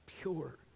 pure